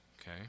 okay